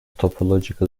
topological